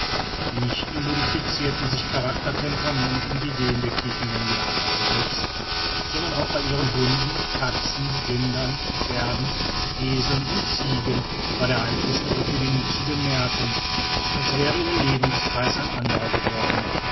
nicht nur modificirten sich charakter temperament und ideen der quiquendonianer selbst sondern auch bei ihren hunden katzen rindern pferden eseln und ziegen war der einfluß der epidemie zu bemerken als wäre ihr lebenskreis ein anderer geworden